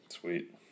Sweet